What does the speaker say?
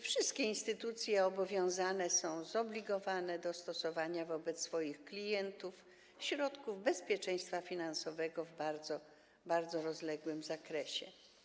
Wszystkie instytucje obowiązane są zobligowane do stosowania wobec swoich klientów środków bezpieczeństwa finansowego w bardzo, bardzo rozległym zakresie.